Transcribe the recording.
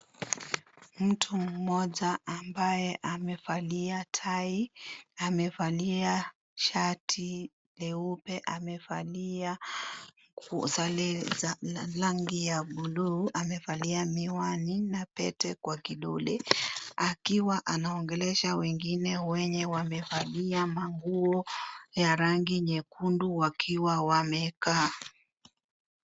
Mtu mmoja ambaye amevalia tai, amevalia shati leupe, amevalia sare za rangi ya buluu, amevalia miwani na pete kwa kidole. Akiwa anaongelesha wengine wenye wamevalia nguo ya rangi nyekundu wakiwa wamekaa.